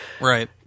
Right